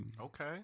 Okay